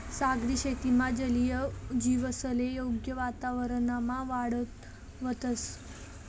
सागरी शेतीमा जलीय जीवसले योग्य वातावरणमा वाढावतंस